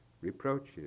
reproaches